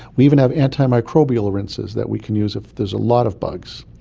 we even have antimicrobial rinses that we can use if there's a lot of bugs,